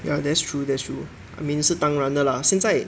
ya that's true that's true I mean 是当然的 lah 现在